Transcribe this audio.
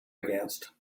against